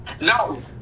No